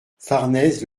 farnèse